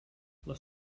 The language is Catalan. les